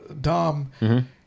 Dom